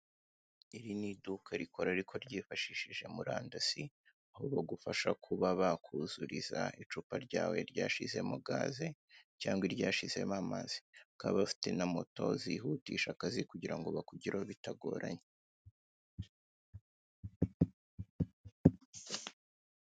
Iri ni iduka rikora ariko ryifashishije Murandasi, aho bagufasha kuba bakuzuriza icupa ryawe ryashizemo gaze, cyangwa iryashizemo amazi, bakaba bafite na moto zihutisha akazi kugira bakugereho bitagoranye.